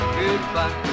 goodbye